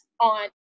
on